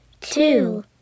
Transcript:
two